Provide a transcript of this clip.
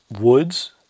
woods